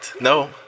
No